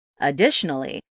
Additionally